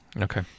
Okay